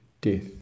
death